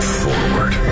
forward